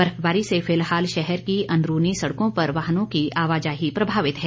बर्फबारी से फिलहाल शहर की अंदरूनी सड़कों पर वाहनों की आवाजाही प्रभावित हुई है